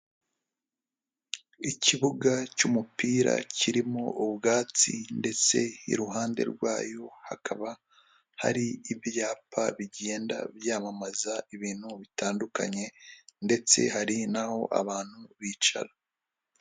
Ikibuga cy'umupira kirimo ubwatsi, ndetse iruhande rwayo hakaba hari ibyapa bigenda byamamaza ibintu bitandukanye ndetse hari naho abantu bicara.